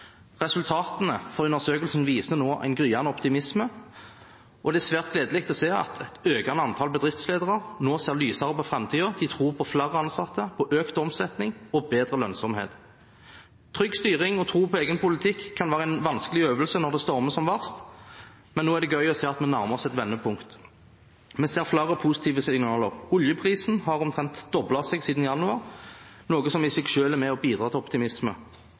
Resultatene fra undersøkelsen viser en gryende optimisme, og det er svært gledelig å se at et økende antall bedriftsledere nå ser lysere på framtiden. De tror på flere ansatte, økt omsetning og bedre lønnsomhet. Trygg styring og tro på egen politikk kan være en vanskelig øvelse når det stormer som verst, men nå er det gøy å se at det nærmer seg et vendepunkt. Vi ser flere positive signaler. Oljeprisen har omtrent doblet seg siden januar, noe som i seg selv er med på å bidra til optimisme.